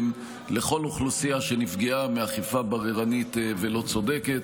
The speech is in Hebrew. לכל אוכלוסייה שנפגעה מאכיפה בררנית ולא צודקת.